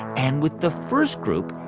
and with the first group,